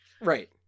right